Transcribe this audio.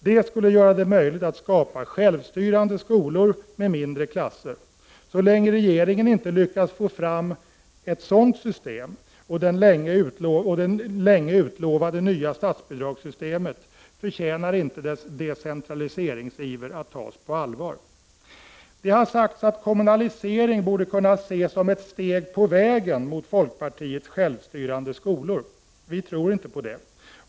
Det skulle göra det möjligt att skapa självstyrande skolor med mindre klasser. Så länge regeringen inte lyckas få fram det sedan länge utlovade nya statsbidragssystemet, förtjänar inte dess decentraliseringsiver att tas på allvar. Det har sagts att kommunalisering borde kunna ses som ett steg på vägen mot folkpartiets självstyrande skolor. Vi tror inte på det.